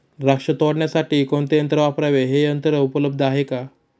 द्राक्ष तोडण्यासाठी कोणते यंत्र वापरावे? हे यंत्र उपलब्ध आहे का?